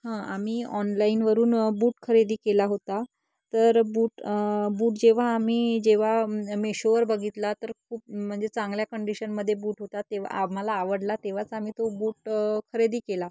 हं आम्ही ऑनलाईनवरून बूट खरेदी केला होता तर बूट बूट जेव्हा आम्ही जेव्हा मेशोवर बघितला तर खूप म्हणजे चांगल्या कंडिशनमध्ये बूट होता तेव्हा आम्हाला आवडला तेव्हाच आम्ही तो बूट खरेदी केला